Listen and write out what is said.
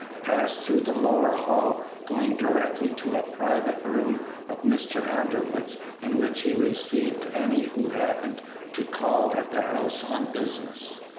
passed through the lower hall, going directly to a private room of mr. underwood's in which he received any who happened to call at the house on business.